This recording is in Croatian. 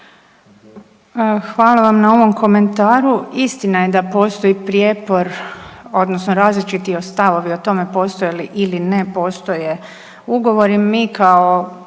Hvala vam na ovom komentaru. Istina je da postoji prijepor odnosno različiti stavovi o tome postoje li ili ne postoje ugovori. Mi kao